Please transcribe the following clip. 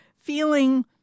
feeling